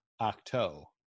Octo